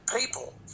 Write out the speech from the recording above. people